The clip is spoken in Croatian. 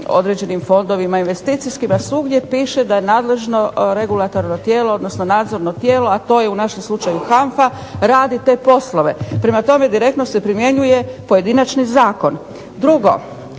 određenim fondovima investicijskim. Svugdje piše da je nadležno regulatorno tijelo, odnosno nadzorno tijelo, a to je u našem slučaju HANFA radi te poslove. Prema tome, direktno se primjenjuje pojedinačni zakon. Drugo,